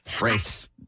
race